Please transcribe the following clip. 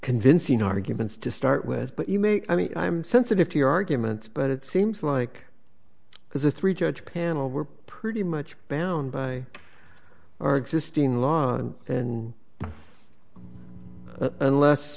convincing arguments to start with but you may i mean i'm sensitive to your arguments but it seems like because the three judge panel were pretty much down by existing laws and unless